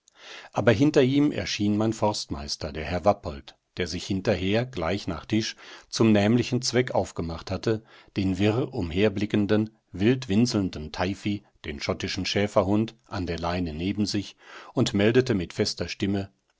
aber hinter ihm erschien mein forstmeister der herr wappolt der sich hinterher gleich nach tisch zum nämlichen zweck aufgemacht hatte den wirr umherblickenden wild winselnden teifi den schottischen schäferhund an der leine neben sich und meldete mit fester stimme